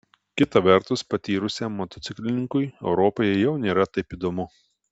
kita vertus patyrusiam motociklininkui europoje jau nėra taip įdomu